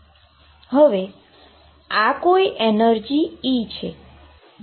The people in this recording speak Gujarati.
હવે આ કોઈ એનર્જી E છે